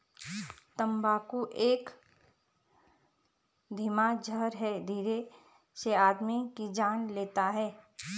तम्बाकू एक धीमा जहर है धीरे से आदमी की जान लेता है